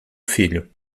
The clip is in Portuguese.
filho